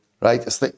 right